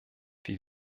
wir